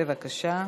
בבקשה.